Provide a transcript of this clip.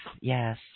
Yes